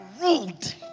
ruled